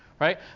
right